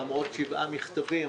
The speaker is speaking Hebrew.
למרות שבעה מכתבים,